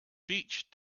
beach